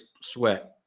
Sweat